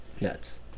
nuts